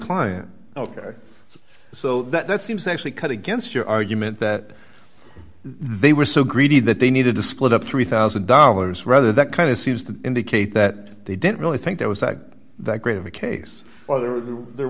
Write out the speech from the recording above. client ok so that seems to actually cut against your argument that they were so greedy that they needed to split up three thousand dollars rather that kind of seems to indicate that they didn't really think that was that great of a case other than they're